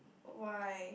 why